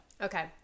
Okay